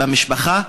במשפחה,